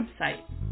website